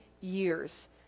years